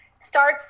starts